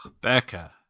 Becca